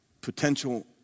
Potential